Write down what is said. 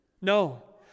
No